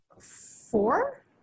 four